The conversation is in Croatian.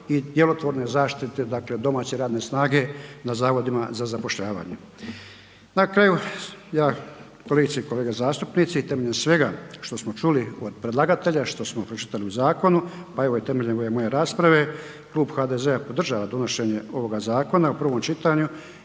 i djelotvorne zaštite, dakle domaće radne snage na zavodima za zapošljavanje. Na kraju, kolegice i kolege zastupnici temeljem svega što smo čuli od predlagatelja, što smo pročitali u zakonu, pa evo i temeljem ove moje rasprave, Klub HDZ-a podržava donošenje ovoga zakona u prvom čitanju